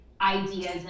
ideas